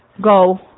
go